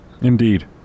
Indeed